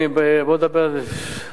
בואו נדבר דבר-דבר.